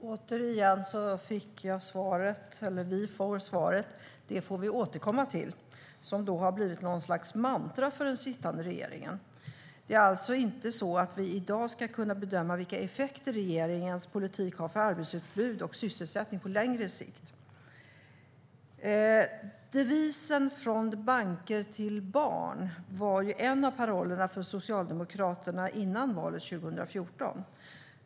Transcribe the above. Herr talman! Åter får vi svaret: Det får vi återkomma till. Det har blivit ett slags mantra för den sittande regeringen. Det är alltså inte så att vi i dag ska kunna bedöma vilka effekter regeringens politik har på arbetsutbud och sysselsättningen på längre sikt. I stället kommer Konjunkturinstitutet med varnande siffror. Devisen Från banker till barn var en av parollerna för Socialdemokraterna före valet 2014.